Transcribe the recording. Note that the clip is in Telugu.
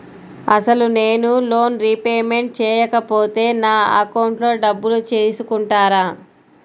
అసలు నేనూ లోన్ రిపేమెంట్ చేయకపోతే నా అకౌంట్లో డబ్బులు తీసుకుంటారా?